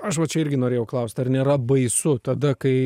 aš va čia irgi norėjau klaust ar nėra baisu tada kai